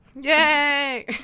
yay